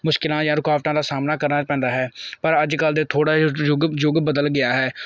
ਮੁਸ਼ਕਿਲਾਂ ਜਾਂ ਰੁਕਾਵਟਾਂ ਦਾ ਸਾਹਮਣਾ ਕਰਨਾ ਪੈਂਦਾ ਹੈ ਪਰ ਅੱਜ ਕੱਲ੍ਹ ਦੇ ਥੋੜ੍ਹਾ ਯੁੱਗ ਯੁੱਗ ਬਦਲ ਗਿਆ ਹੈ